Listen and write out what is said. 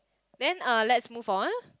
then uh let's move on